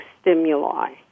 stimuli